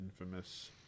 infamous